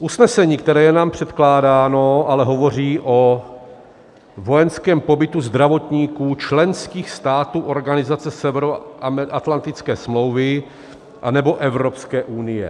Usnesení, které je nám předkládáno, ale hovoří o vojenském pobytu zdravotníků členských států organizace Severoatlantické smlouvy anebo Evropské unie.